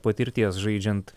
patirties žaidžiant